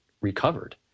recovered